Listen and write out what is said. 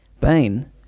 Bane